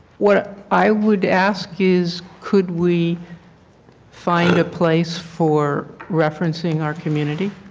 what i would ask is could we find a place for referencing our community?